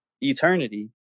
eternity